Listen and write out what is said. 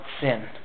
sin